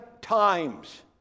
times